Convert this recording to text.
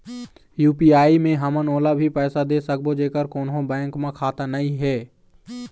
UPI मे हमन ओला भी पैसा दे सकबो जेकर कोन्हो बैंक म खाता नई हे?